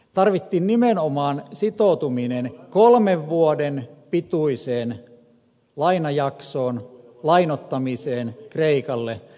tarvittiin nimenomaan sitoutuminen kolmen vuoden pituiseen lainoittamiseen kreikalle